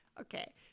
Okay